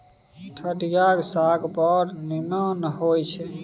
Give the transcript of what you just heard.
ठढियाक साग बड़ नीमन होए छै